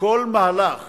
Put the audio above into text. שכל מהלך